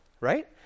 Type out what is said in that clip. right